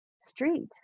street